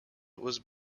was